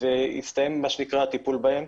והסתיים הטיפול בהם.